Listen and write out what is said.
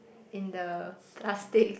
in the plastic